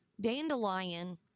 dandelion